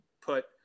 put